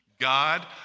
God